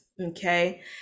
okay